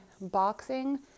boxing